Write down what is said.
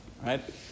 right